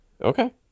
Okay